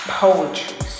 poetry